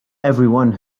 everyone